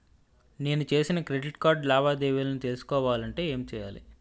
నేను చేసిన credit card లావాదేవీలను తెలుసుకోవాలంటే ఏం చేయాలి?